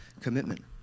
commitment